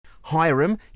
Hiram